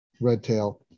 Redtail